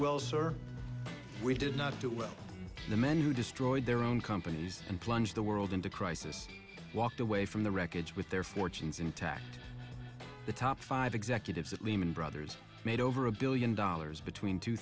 sure we did not do well the men who destroyed their own companies and plunged the world into crisis walked away from the wreckage with their fortunes intact the top five executives at lehman brothers made over a billion dollars between two